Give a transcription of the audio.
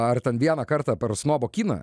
ar ten vieną kartą per snobo kiną